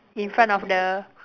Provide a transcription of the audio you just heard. in front of the